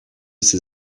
ses